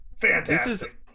Fantastic